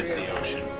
the ocean.